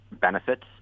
benefits